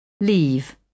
leave